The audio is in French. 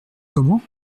comment